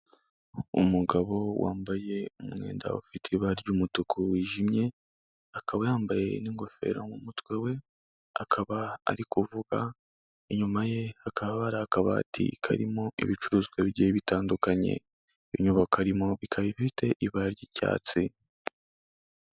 Umugabo wambaye umwenda ufite ibara ry'umutuku wijimye, akaba yambaye n'ingofero mu mutwe we akaba ari kuvuga, inyuma ye hakaba hari akabati karimo ibicuruzwa bigiye bitandukanye, inyubako arimo ikaba ifite ibara ry'icyatsi.